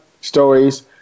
stories